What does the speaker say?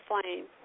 flame